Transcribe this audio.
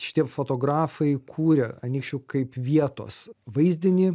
šitie fotografai kūrė anykščių kaip vietos vaizdinį